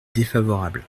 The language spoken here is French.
défavorable